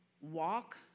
walk